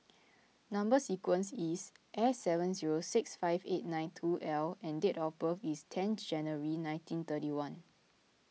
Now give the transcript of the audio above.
Number Sequence is S seven zero six five eight nine two L and date of birth is ten January nineteen thirty one